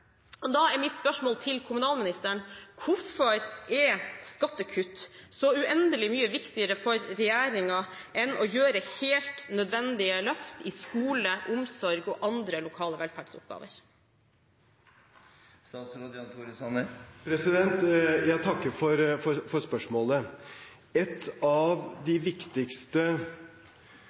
Da er mitt spørsmål til kommunalministeren: Hvorfor er skattekutt så uendelig mye viktigere for regjeringen enn det å gjøre helt nødvendige løft i skole, omsorg og andre lokale velferdsoppgaver? Jeg takker for spørsmålet. Et av de viktigste begrepene – det var vel mer et slagord fra tidligere leder av